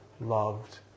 loved